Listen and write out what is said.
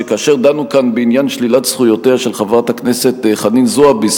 שכאשר דנו כאן בעניין שלילת זכויותיה של חברת הכנסת חנין זועבי,